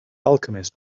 alchemist